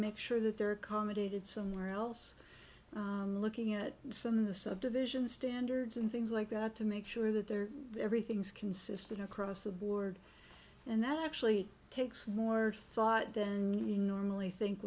make sure that they're accommodated somewhere else looking at some of the subdivisions standards and things like that to make sure that they're everything's consistent across the board and that actually takes more thought than we normally think